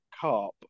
carp